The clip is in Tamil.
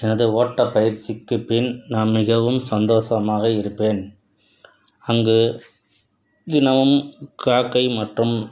எனது ஓட்டப் பயிற்சிக்குப் பின் நான் மிகவும் சந்தோஷமாக இருப்பேன் அங்கு தினமும் காக்கை மற்றும்